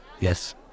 Yes